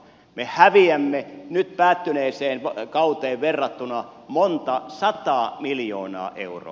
me häviämme nyt päättyneeseen kauteen verrattuna monta sataa miljoonaa euroa